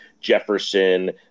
Jefferson